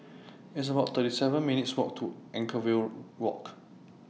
It's about thirty seven minutes' Walk to Anchorvale Walk